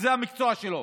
שזה המקצוע שלו,